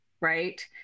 Right